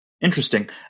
interesting